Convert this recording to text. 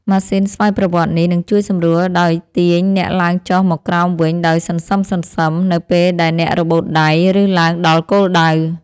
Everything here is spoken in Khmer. ម៉ាស៊ីនស្វ័យប្រវត្តិនេះ នឹងជួយសម្រួលដោយទាញអ្នកឡើងចុះមកក្រោមវិញដោយសន្សឹមៗ នៅពេលដែលអ្នករបូតដៃ ឬឡើងដល់គោលដៅ។